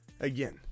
again